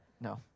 no